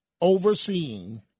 overseeing